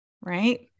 right